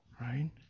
right